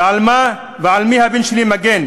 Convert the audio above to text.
ועל מה ועל מי הבן שלי מגן?